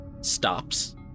stops